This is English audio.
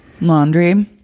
laundry